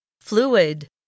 Fluid